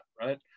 right